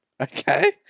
okay